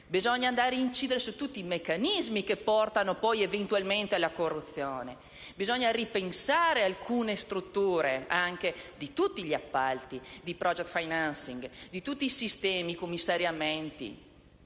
Bisogna andare ad incidere su tutti i meccanismi che portano poi, eventualmente, alla corruzione. Bisogna ripensare alcune strutture di tutti gli appalti in *project financing* e i vari sistemi di commissariamento.